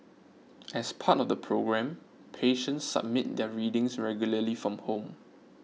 as part of the programme patients submit their readings regularly from home